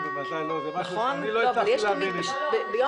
אבל מן